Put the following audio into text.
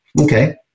okay